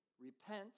repent